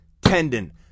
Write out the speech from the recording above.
tendon